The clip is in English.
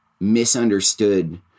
misunderstood